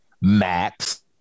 Max